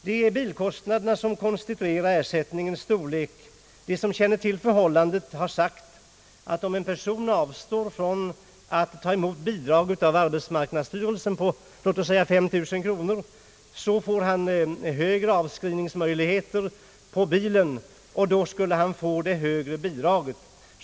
Det är bilkostnaderna som konstituerar ersättningens storlek. De som känner till förhållandet har sagt att om en person avstår från att ta ut bidrag från arbetsmarknadsstyrelsen på låt oss säga 5000 kronor för invalidbil, får han större möjligheter att göra avskrivningar på bilen, och då skulle han få ett högre bidrag.